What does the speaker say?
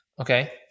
Okay